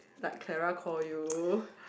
like Clara call you